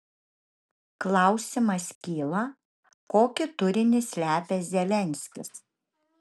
klausimas kyla kokį turinį slepia zelenskis